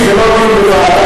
זה לא דיון בוועדה.